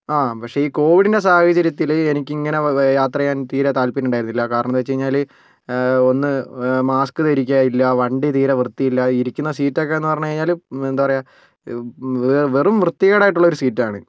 ആ പക്ഷേ ഈ കോവിഡിന്റെ സാഹചര്യത്തിൽ എനിക്കിങ്ങനെ യാത്ര ചെയ്യാൻ തീരെ താല്പര്യം ഉണ്ടായിരുന്നില്ല കാരണം എന്ന് വെച്ചുകഴിഞ്ഞാൽ ഒന്ന് മാസ്ക് ധരിക്കുവേം ഇല്ല വണ്ടി തീരെ വൃത്തിയില്ല ഇരിക്കുന്ന സീറ്റ് ഒക്കെ എന്ന് പറഞ്ഞുകഴിഞ്ഞാൽ എന്താണ് പറയുക വെറും വൃത്തികേടായിട്ടുള്ളൊരു സീറ്റ് ആണ്